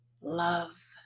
love